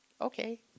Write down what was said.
okay